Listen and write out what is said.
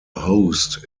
host